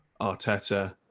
Arteta